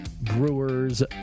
Brewers